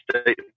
State